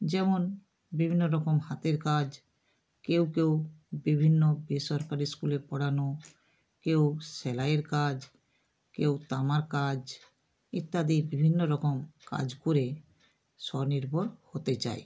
যেমন বিভিন্ন রকম হাতের কাজ কেউ কেউ বিভিন্ন বেসরকারি স্কুলে পড়ানো কেউ সেলাইয়ের কাজ কেউ তামার কাজ ইত্যাদি বিভিন্ন রকম কাজ করে স্বনির্ভর হতে চায়